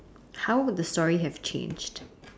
how would the story have changed